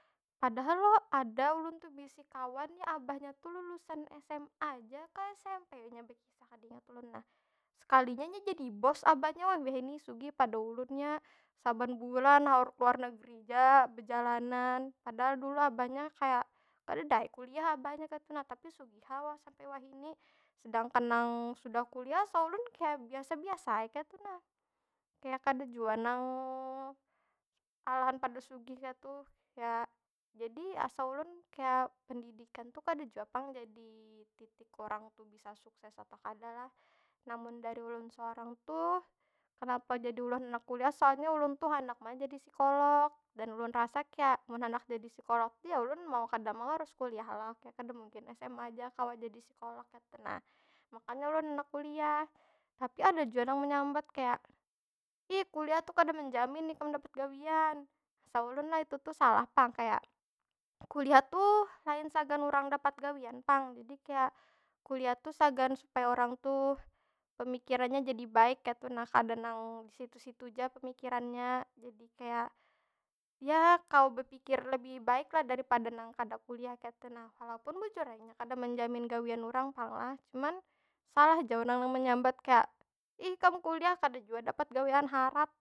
Padahal lo, ada ulun tu beisi kawannya abahnya tu lulusan sma ja kah smp inya bekisah, kadingat ulun nah. Sekalinya nya jadi bos abahnya, wah wahini sugih pada ulun nya. Saban bulan haur ke luar negeri ja, belajanan. Padahal dulu abahnya kaya, kadeda ai kuliah abahnya kaytu nah. Tapi sugih ha sampai wahini. Sedangkan nang sudah kuliah asa ulun kaya biasa- biasa ai kaytu nah. Kaya kada jua nang, alahan pada sugih kaytu. Ya, jadi asa ulun kaya pendidikan tu kada jua pang jadi titik urang tu bisa sukses atau kada lah. Nah, mun dari ulun sorang tu, kenapa ulun handak kuliah? Soalnya ulun tu handak ma jadi psikolog. Dan ulun rasa kaya, mun handak jadi psikolog tu ya ulun mau kada mau harus kuliah lah. Kaya kada mungkin sma ja kawa jadi psikolog kaytu nah. Makanya ulun handak kuliah. Tapi ada jua nang menyambat kaya, ih kuliah tu kada menjamin ikam dapat gawian. Asa ulun lah, itu tu salah pang. Kaya, kuliah tu lain sagan urang dapat gawian pang. Jadi kaya, kuliah tu sagan supaya urang tu pemikirannya jadi baik kaytu nah. Kada nang di situ- situ ja pemikirannya. Jadi kaya, ya kawa bepikir lebih baik lah daripada nang kada kuliah kaytu nah. Walaupun bujur ai, nya kada menjamin gawian urang pang lah. Cuman, salah ja urang nang menyambat kaya, ih kam kuliah kada jua dapat gawian harat.